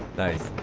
nice.